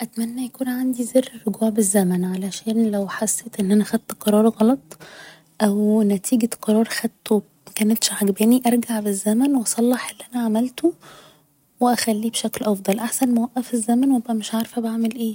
أتمنى يكون عندي زر رجوع بالزمن علشان لو حسيت ان أنا خدت قرار غلط او نتيجة قرار خدته مكنتش عجباني ارجع بالزمن و اصلح اللي أنا عملته و اخليه بشكل افضل احسن ما أوقف الزمن و أبقى مش عارفة بعمل ايه